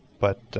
but